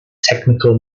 technical